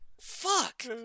Fuck